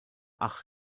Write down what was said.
ach